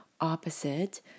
opposite